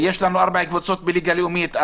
יש לנו ארבע קבוצות בליגה לאומית,